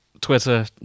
Twitter